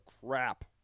crap